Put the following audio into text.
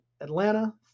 Atlanta